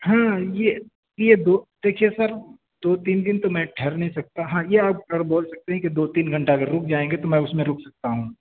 ہاں یہ یہ دو دیکھیے سر دو تین دن تو میں ٹھہر نہیں سکتا ہاں یہ آپ خیر بول سکتے ہیں کہ دو تین گھنٹہ اگر رک جائیں گے تو میں اس میں رک سکتا ہوں